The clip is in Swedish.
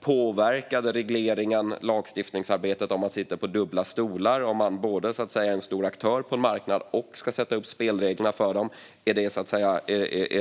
Påverkar regleringen lagstiftningsarbetet om man sitter på dubbla stolar, alltså både är en stor aktör på en marknad och ska sätta upp spelreglerna för den? Är